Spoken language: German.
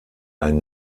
einen